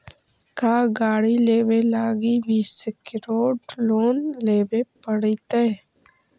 का गाड़ी लेबे लागी भी सेक्योर्ड लोन लेबे पड़तई?